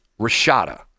Rashada